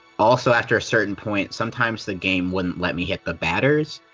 also, after a certain point, sometimes the game wouldn't let me hit the batters.